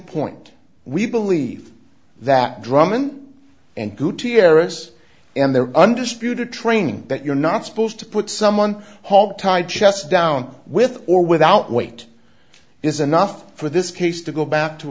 point we believe that drummond and gutierrez and their undisputed training that you're not supposed to put someone hope tied chest down with or without weight is enough for this case to go back to